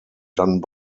done